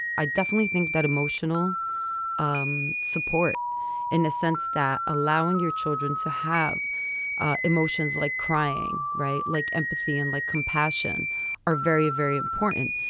i definitely think that emotional um support in the sense that allowing your children to have emotions like crying. right. like empathy and like compassion are very, very important.